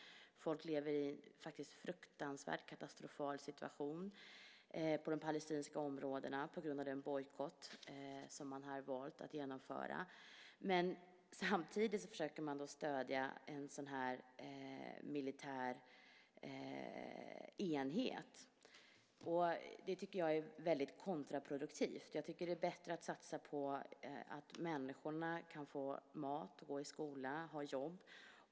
Folk lever i en fruktansvärt katastrofal situation på de palestinska områdena på grund av den bojkott som man har valt att genomföra. Samtidigt försöker man stödja en militär enhet. Det tycker jag är kontraproduktivt. Jag tycker att det är bättre att satsa på att människorna kan få mat, gå i skola och ha jobb.